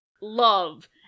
love